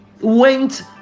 went